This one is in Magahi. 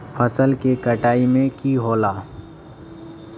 फसल के कटाई में की होला?